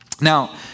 Now